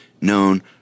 known